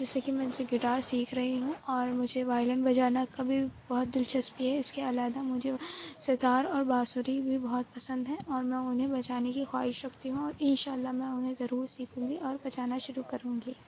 جس سے کہ میں ان سے گٹار سیکھ رہی ہوں اور مجھے وائیلن بجانا کبھی بہت دلچسپی ہے اس کے علیحدہ مجھے ستار اور بانسری بھی بہت پسند ہے اور میں انہیں بجانے کی خواہش رکھتی ہوں اور ان شاء اللہ میں انہیں ضرور سیکھوں گی اور بجانا شروع کروں گی